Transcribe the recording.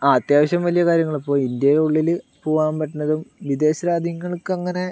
ആ അത്യാവശ്യം വലിയ കാര്യങ്ങളൾ ഇപ്പോൾ ഇന്ത്യയുടെ ഉള്ളിൽ പോകാൻ പറ്റുന്നതും വിദേശ രാജ്യങ്ങൾക്ക് അങ്ങനെ